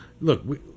look